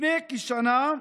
לפני כשנה,